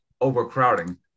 overcrowding